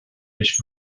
mich